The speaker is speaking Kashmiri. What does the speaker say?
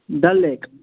ڈَل لیک